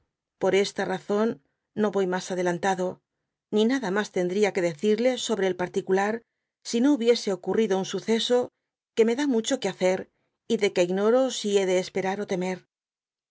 por esta razón no voy mas adelantado ni nada mas tendria que decirle sobre el partiealar si no hubiese ocurrido un suceso que me da mucho que hacer y de que ignoro si hé de esperar temer